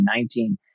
2019